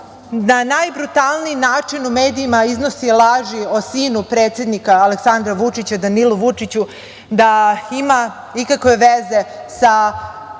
na najbrutalniji način u medijima iznosi laži o sinu predsednika Aleksandra Vučića, Danilu Vučiću, da ima ikakve veze sa